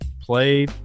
play